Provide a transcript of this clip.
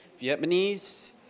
Vietnamese